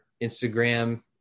Instagram